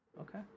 okay